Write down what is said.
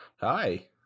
Hi